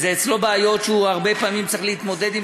וזה אצלו בעיות שהוא הרבה פעמים צריך להתמודד עם